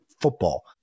Football